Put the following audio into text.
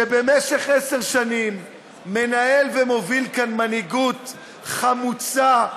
שבמשך עשר שנים מנהל ומוביל כאן מנהיגות חמוצה,